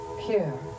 pure